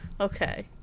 Okay